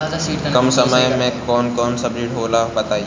कम समय में कौन कौन सब्जी होला बताई?